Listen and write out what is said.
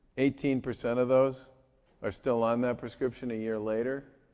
eighteen percent of those are still on that prescription a year later,